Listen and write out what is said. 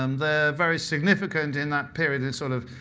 um they're very significant in that period in sort of